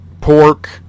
pork